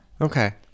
Okay